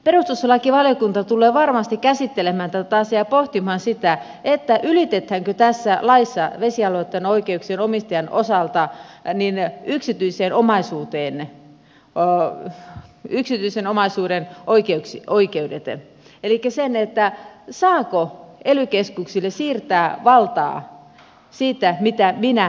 perustuslakivaliokunta tulee varmasti käsittelemään tätä asiaa ja pohtimaan sitä ylitetäänkö tässä laissa vesialueitten oikeuksien omistajien osalta yksityisen omaisuuden oikeudet elikkä saako ely keskuksille siirtää valtaa siitä mitä minä omistan